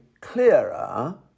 clearer